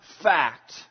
fact